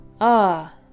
Ah